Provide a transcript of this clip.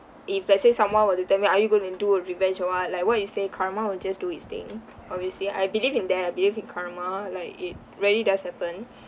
if let's say someone were to tell me are you going to do a revenge or what like what you say karma will just do its thing obviously I believe in that I believe in karma like it ready does happen